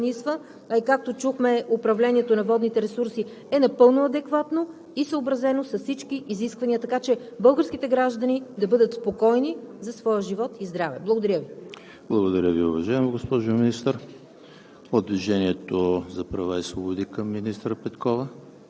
Още веднъж искам да кажа, че язовирите, които Националната електрическа компания стопанисва, а и както чухме управлението на водните ресурси е напълно адекватно и съобразено с всички изисквания, така че българските граждани да бъдат спокойни за своя живот и здраве. Благодаря Ви. ПРЕДСЕДАТЕЛ ЕМИЛ ХРИСТОВ: Благодаря Ви, уважаема госпожо Министър.